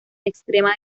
extrema